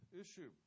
issue